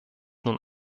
nun